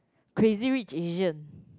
Crazy-Rich-Asian